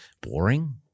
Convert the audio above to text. boring